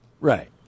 right